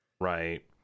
Right